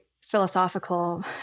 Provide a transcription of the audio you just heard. philosophical